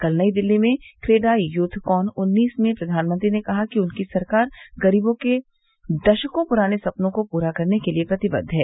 कल नई दिल्ली में क्रेडाई यूथकॉन उन्नीस में प्रधानमंत्री ने कहा कि उनकी सरकार गरीबों के दशकों पुराने सपनों को पूरा करने के लिए प्रतिबद्व है